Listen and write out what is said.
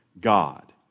God